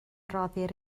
roddir